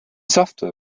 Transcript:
software